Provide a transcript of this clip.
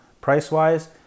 price-wise